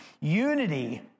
Unity